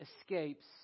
escapes